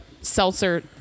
seltzer